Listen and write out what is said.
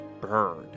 bird